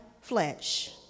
flesh